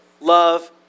Love